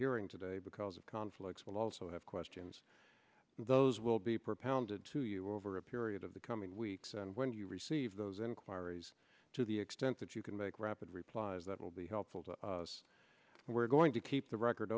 hearing today because of conflicts will also have questions and those will be propounded to you over a period of the coming weeks and when you receive those inquiries to the extent that you can make rapid replies that will be helpful to us and we're going to keep the record